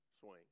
swing